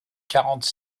quarante